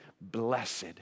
blessed